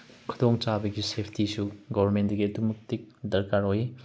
ꯈꯨꯗꯣꯡꯆꯥꯕꯒꯤ ꯁꯦꯐꯇꯤꯁꯨ ꯒꯣꯕꯔꯃꯦꯟꯗꯒꯤ ꯑꯗꯨꯛꯀꯤ ꯃꯇꯤꯛ ꯗꯔꯀꯥꯔ ꯑꯣꯏ